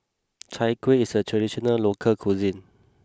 Chai Kueh is a traditional local cuisine